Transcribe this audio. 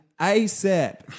ASAP